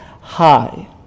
High